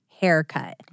haircut